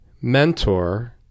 mentor